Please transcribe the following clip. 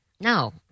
No